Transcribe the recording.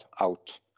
out